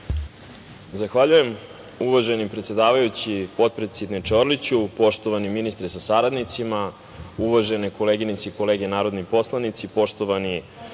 Zahvaljujem, uvaženi predsedavajući, potpredsedniče Orliću. Poštovani ministre sa saradnicima, uvažene koleginice i kolege narodni poslanici, poštovani